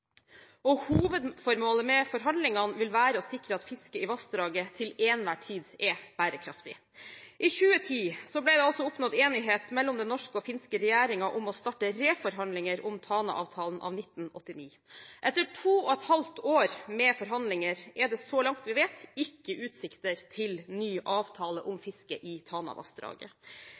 Hovedformålet med forhandlingene vil være å sikre at fisket i vassdraget til enhver tid er bærekraftig. I 2010 ble det oppnådd enighet mellom den norske og den finske regjeringen om å starte reforhandlinger om Tana-avtalen av 1989. Etter to og et halvt år med forhandlinger er det, så langt vi vet, ikke utsikter til ny avtale om fisket i